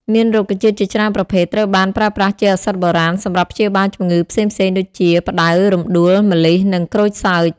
មានរុក្ខជាតិជាច្រើនប្រភេទត្រូវបានប្រើប្រាស់ជាឱសថបុរាណសម្រាប់ព្យាបាលជំងឺផ្សេងៗដូចជា ផ្ដៅ រំដួល ម្លិះ និងក្រូចសើច។